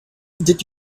did